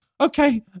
Okay